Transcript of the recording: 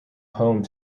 home